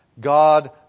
God